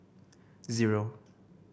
zero